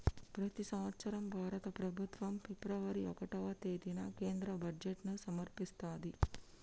ప్రతి సంవత్సరం భారత ప్రభుత్వం ఫిబ్రవరి ఒకటవ తేదీన కేంద్ర బడ్జెట్ను సమర్పిత్తది